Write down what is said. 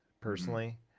personally